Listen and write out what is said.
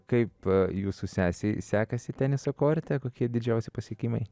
kaip jūsų sesei sekasi teniso korte kokie didžiausi pasiekimai